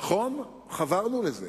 נכון, חברנו לזה,